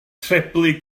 treblu